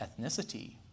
ethnicity